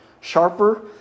sharper